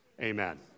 amen